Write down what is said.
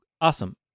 awesome